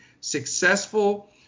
successful